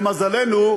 למזלנו,